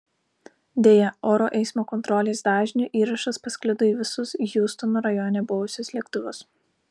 deja oro eismo kontrolės dažniu įrašas pasklido į visus hjustono rajone buvusius lėktuvus